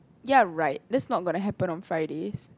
ya right that's not going to happen on Fridays